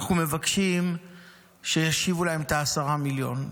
אנחנו מבקשים שישיבו להם את ה-10 מיליון.